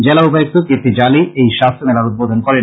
জেলা উপায়ুক্ত কীর্তি জল্পী এই স্বাস্থ্য মেলার উদ্বোধন করেন